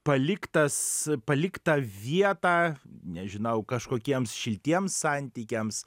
paliktas palikta vieta nežinau kažkokiems šiltiems santykiams